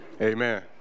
Amen